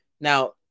Now